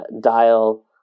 dial